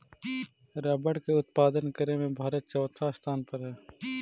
rubber के उत्पादन करे में भारत चौथा स्थान पर हई